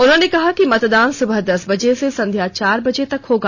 उन्होंने कहा कि मतदान सुबह दस बजे से संध्या चार बजे तक होगा